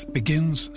begins